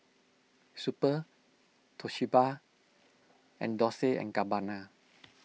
Super Toshiba and Dolce and Gabbana